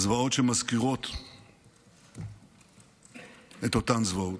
הזוועות שמזכירות את אותן זוועות,